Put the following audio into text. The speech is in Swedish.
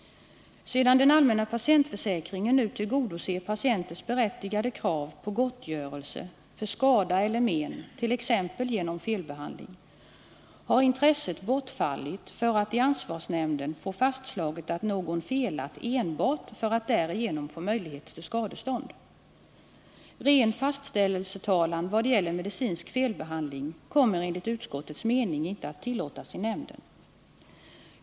Sedan den allmänna patientförsäkringen nu tillgodoser patienters berättigade krav på gottgörelse för skada eller men, t.ex. genom felbehandling, har intresset bortfallit för att i ansvarsnämnden få fastslaget att någon felat, enbart för att därigenom få möjlighet till skadestånd. Ren fastställelsetalan vad gäller medicinsk felbehandling kommer enligt utskottets mening inte att tillåtas i nämnden.